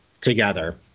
together